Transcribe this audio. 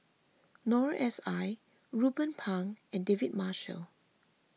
Noor S I Ruben Pang and David Marshall